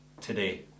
today